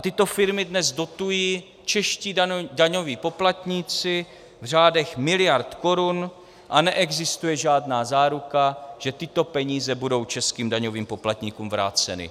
Tyto firmy dnes dotují čeští daňoví poplatníci v řádech miliard korun a neexistuje žádná záruka, že tyto peníze budou českým daňovým poplatníkům vráceny.